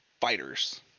fighters